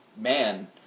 man